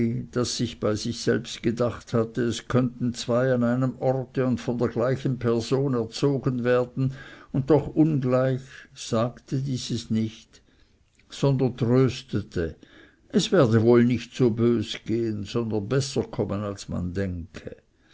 das bei sich selbst gedacht hatte es könnten zwei an einem orte und von der gleichen person erzogen werden und doch ungleich sagte dieses nicht sondern tröstete es werde wohl nicht so bös gehen sondern besser kommen als man denke